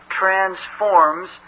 transforms